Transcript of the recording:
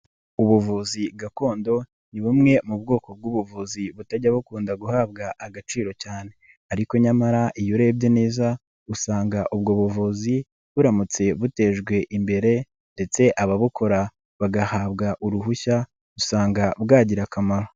Ubuvuzi gakondo ni bumwe mu bwoko bw'ubuvuzi butajya bukunda guhabwa agaciro cyane ariko nyamara iyo urebye neza usanga ubwo buvuzi buramutse butejwe imbere ndetse ababukora bagahabwa uruhushya usanga bwagira akamaro.